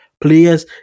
players